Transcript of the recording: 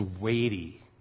weighty